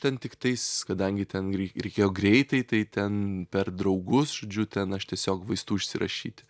ten tiktais kadangi ten rei reikėjo greitai tai ten per draugus žodžiu ten aš tiesiog vaistų išsirašyt